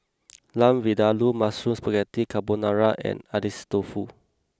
Lamb Vindaloo Mushroom Spaghetti Carbonara and Agedashi Dofu